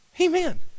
amen